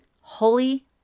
holy